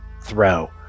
throw